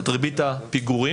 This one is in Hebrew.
את ריבית הפיגורים,